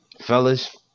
fellas